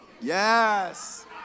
Yes